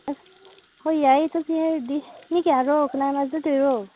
ꯑꯁ ꯍꯣꯏ ꯌꯥꯏꯌꯦ ꯆꯠꯁꯦ ꯍꯥꯏꯔꯗꯤ ꯃꯤ ꯀꯌꯥꯔꯣ ꯀꯅꯥ ꯀꯅꯥ ꯆꯠꯇꯣꯏꯔꯣ